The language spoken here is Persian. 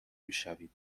میشوید